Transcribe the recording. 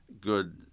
good